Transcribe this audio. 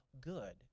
good